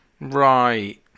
Right